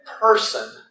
person